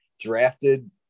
drafted